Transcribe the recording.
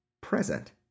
present